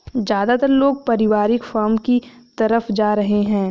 ज्यादातर लोग पारिवारिक फॉर्म की तरफ जा रहै है